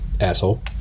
Asshole